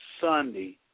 Sunday